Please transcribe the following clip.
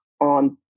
on